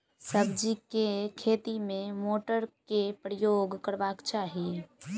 सब्जी केँ खेती मे केँ मोटर केँ प्रयोग करबाक चाहि?